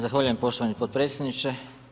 Zahvaljujem poštovani potpredsjedniče.